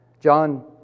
John